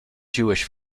jewish